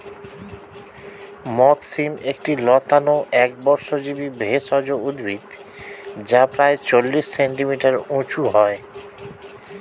মথ শিম একটি লতানো একবর্ষজীবি ভেষজ উদ্ভিদ যা প্রায় চল্লিশ সেন্টিমিটার উঁচু হয়